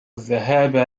الذهاب